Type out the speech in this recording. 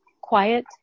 quiet